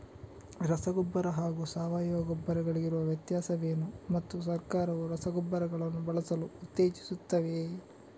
ರಸಗೊಬ್ಬರ ಹಾಗೂ ಸಾವಯವ ಗೊಬ್ಬರ ಗಳಿಗಿರುವ ವ್ಯತ್ಯಾಸವೇನು ಮತ್ತು ಸರ್ಕಾರವು ರಸಗೊಬ್ಬರಗಳನ್ನು ಬಳಸಲು ಉತ್ತೇಜಿಸುತ್ತೆವೆಯೇ?